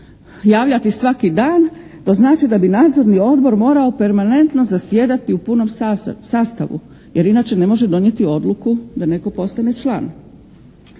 javljati svaki dan. To znači da bi nadzorni odbor morao permanentno zasjedati u punom sastavu jer inače ne može donijeti odluku da netko postane član.